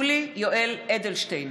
יולי יואל אדלשטיין,